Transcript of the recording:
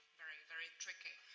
very, very tricky.